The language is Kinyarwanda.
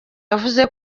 yavuze